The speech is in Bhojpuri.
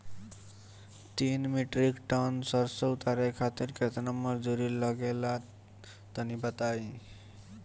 तीन मीट्रिक टन सरसो उतारे खातिर केतना मजदूरी लगे ला तनि बताई?